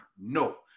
No